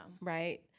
Right